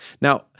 Now